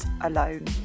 alone